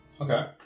Okay